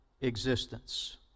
existence